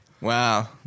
Wow